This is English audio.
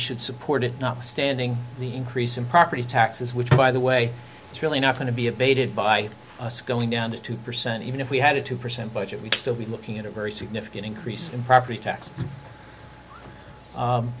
should support it not standing the increase in property taxes which by the way it's really not going to be abated by us going down to two percent even if we had a two percent budget we'd still be looking at a very significant increase in property tax